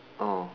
oh